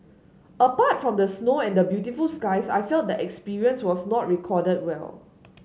apart from the snow and the beautiful skies I felt the experience was not recorded well